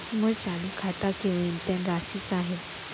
मोर चालू खाता के न्यूनतम राशि का हे?